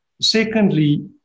Secondly